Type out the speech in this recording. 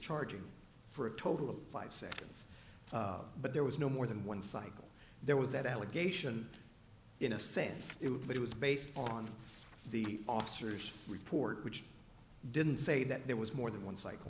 charging for a total of five seconds but there was no more than one cycle there was that allegation in a sense but it was based on the officer's report which didn't say that there was more than one